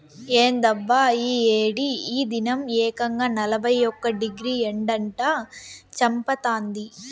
ఏందబ్బా ఈ ఏడి ఈ దినం ఏకంగా నలభై ఒక్క డిగ్రీ ఎండట చంపతాంది